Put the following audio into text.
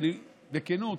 בכנות,